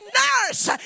nurse